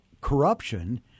corruption